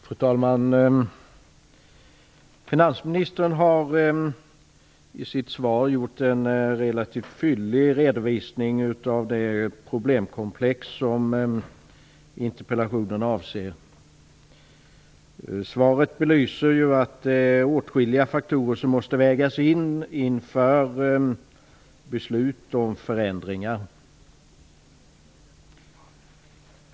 Fru talman! Finansministern har i sitt svar gjort en relativt fyllig redovisning av det problemkomplex som interpellationen avser. Svaret belyser ju att det är åtskilliga faktorer som måste vägas in inför beslut om förändringar.